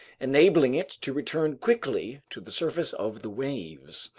enabling it to return quickly to the surface of the waves.